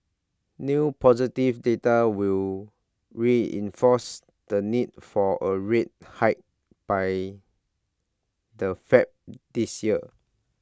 new positive data will reinforce the need for A rate hike by the fed this year